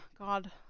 God